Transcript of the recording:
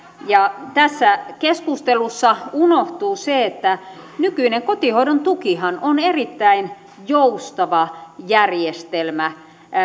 tässä keskustelussa unohtuu se että nykyinen kotihoidon tukihan on erittäin joustava järjestelmä